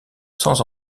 sans